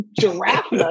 giraffe